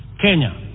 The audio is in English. Kenya